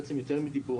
בעצם יותר מדיבור,